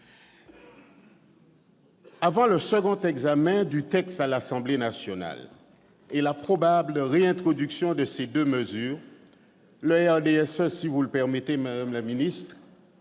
Avant le second examen du texte à l'Assemblée nationale et la probable réintroduction de ces deux mesures, le RDSE, si vous le permettez, madame la ministre,